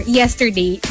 yesterday